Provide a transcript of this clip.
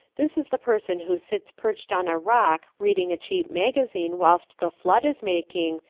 this is the person who sits perched on a rock reading a cheap magazine whilst the flood is making,